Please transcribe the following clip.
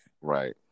Right